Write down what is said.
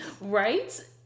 right